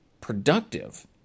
productive